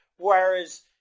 Whereas